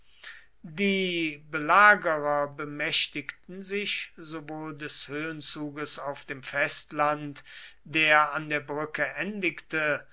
die belagerer bemächtigten sich sowohl des höhenzuges auf dem festland der an der brücke